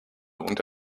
und